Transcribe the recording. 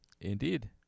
Indeed